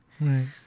Right